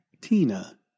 Tina